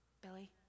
Billy